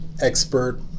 expert